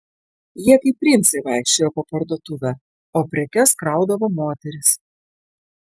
jie kaip princai vaikščiojo po parduotuvę o prekes kraudavo moterys